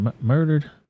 murdered